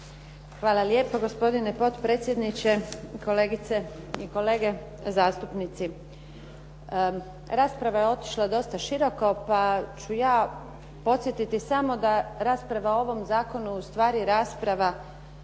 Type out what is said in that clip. Hvala lijepa. Gospodine potpredsjedniče, kolegice i kolege zastupnici. Rasprava je otišla dosta široko pa ću ja podsjetiti samo da rasprava o ovom zakonu je ustvari rasprava